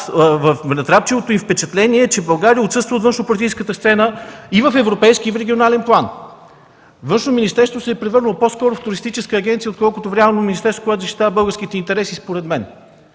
натрапчивото им впечатление е, че България отсъства от външнополитическата сцена и в европейски и в регионален план. Външното министерство се е превърнало по-скоро в туристическа агенция, отколкото в реално министерство, което защитава българските интереси.